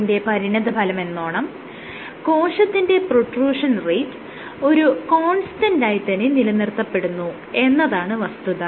ഇതിന്റെ പരിണിതഫലമെന്നോണം കോശത്തിന്റെ പ്രൊട്രൂഷൻ റേറ്റ് ഒരു കോൺസ്റ്റന്റായി തന്നെ നിലനിർത്തപ്പെടുന്നു എന്നതാണ് വസ്തുത